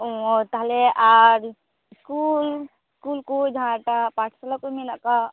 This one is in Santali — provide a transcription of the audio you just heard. ᱚ ᱛᱟᱦᱚᱞᱮ ᱟᱨ ᱤᱥᱠᱩᱞ ᱠᱚ ᱡᱟᱦᱟᱸᱴᱟᱜ ᱯᱟᱴᱥᱟᱞᱟᱠᱚ ᱢᱮᱱᱟᱜᱼᱠᱟᱜ